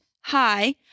hi